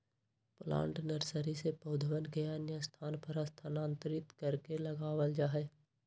plant nursery से पौधवन के अन्य स्थान पर स्थानांतरित करके लगावल जाहई